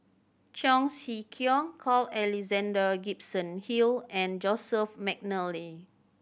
Cheong Siew Keong Carl Alexander Gibson Hill and Joseph McNally